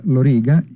Loriga